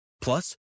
Plus